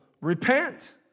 repent